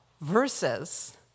versus